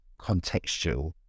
contextual